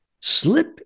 Slip